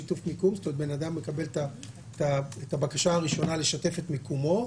שהבן-אדם מקבל את הבקשה הראשונה לשתף את מיקומו,